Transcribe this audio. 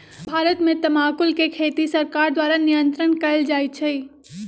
भारत में तमाकुल के खेती सरकार द्वारा नियन्त्रण कएल जाइ छइ